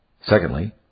Secondly